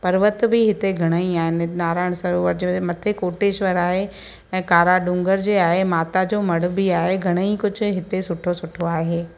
पर्वत बि हिते घणेई आहिनि नाराएण सरोवर जे मथे कोटेश्वर आहे ऐं कारा ॾूंगर जे आहे माता जो मढ़ु बि आहे घणेई कुझु हिते सुठो सुठो आहे